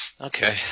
Okay